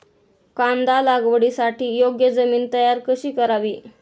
कांदा लागवडीसाठी योग्य जमीन तयार कशी करावी?